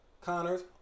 Connors